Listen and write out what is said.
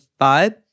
vibe